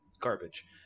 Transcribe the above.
garbage